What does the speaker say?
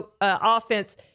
offense